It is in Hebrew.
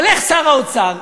הולך שר האוצר,